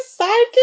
sidekick-